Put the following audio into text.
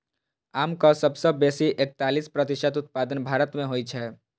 आमक सबसं बेसी एकतालीस प्रतिशत उत्पादन भारत मे होइ छै